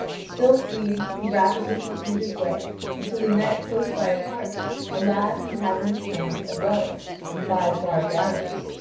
still fleeing, he rapidly pursued his way until he met close by a park a lad who had in his hand a bow and five barbed arrows,